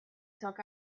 took